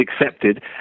accepted